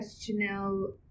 Chanel